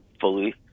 fully